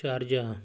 Sharjah